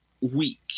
weak